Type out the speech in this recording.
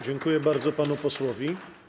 Dziękuję bardzo panu posłowi.